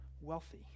wealthy